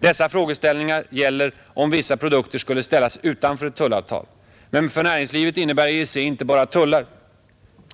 Dessa frågeställningar gäller om vissa produkter skulle ställas utanför ett tullavtal. Men för näringslivet innebär EEC inte bara tullar.